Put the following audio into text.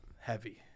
Heavy